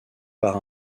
par